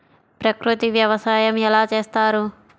ప్రకృతి వ్యవసాయం ఎలా చేస్తారు?